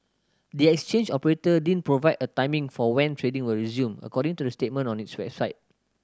the exchange operator didn't provide a timing for when trading will resume according to the statement on its website